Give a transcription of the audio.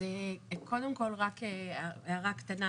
קודם כל רק הערה קטנה.